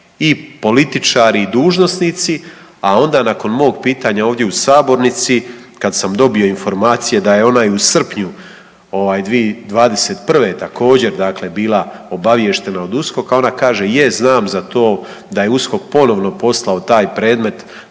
i političari i dužnosnici, a onda nakon mog pitanja ovdje u sabornici kad sam dobio informacije da je ona i u srpnju 2021. također dakle bila obavještena od USKOK-a ona kaže je znam za to da je USKOK ponovno poslao taj predmet